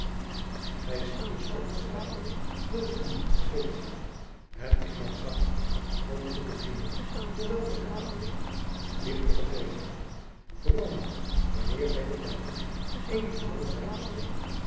dus uit dit schrijven dat ik u niet vergeet het is mijn zwak niet om goede vrienden voor welke ik achting heb ligt te vergeten vooral niet wanneer zij betuigen eenig belang in mij te stellen